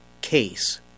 case